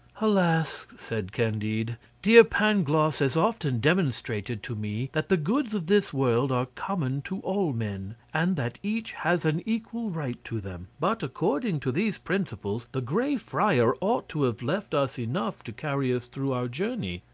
alas! said candide, dear pangloss has often demonstrated to me that the goods of this world are common to all men, and that each has an equal right to them. but according to these principles the grey friar ought to have left us enough to carry us through our journey.